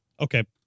Okay